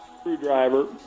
screwdriver